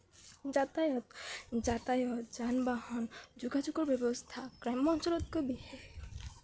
যাতায়ত যাতায়ত যান বাহন যোগাযোগৰ ব্যৱস্থা গ্ৰাম্য অঞ্চলতকৈ